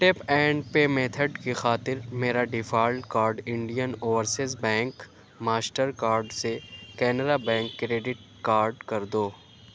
tape and pay method کی خاطر میرا default card Indian overseas bank Mastercard سے کینرا بینک کریڈٹ کارڈ کر دو